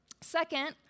Second